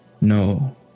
No